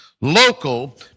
local